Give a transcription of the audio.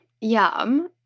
Yum